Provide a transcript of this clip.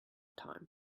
time